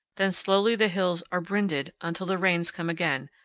then slowly the hills are brinded until the rains come again,